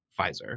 Pfizer